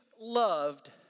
loved